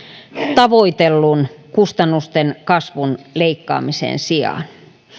tavoitellun kustannusten kasvun leikkaamisen sijaan